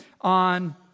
on